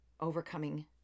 overcoming